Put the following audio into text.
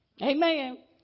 Amen